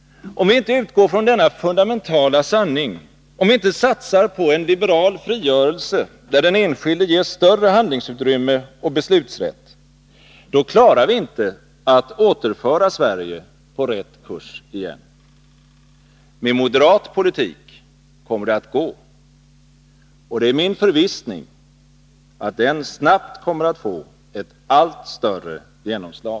Om vi inte utgår från denna fundamentala sanning, om vi inte satsar på en liberal frigörelse där den enskilde ges större handlingsutrymme och beslutsrätt, då klarar vi inte att återföra Sverige på rätt kurs igen. Med moderat politik kommer det att gå. Och det är min förvissning, att den snabbt kommer att få ett allt större genomslag.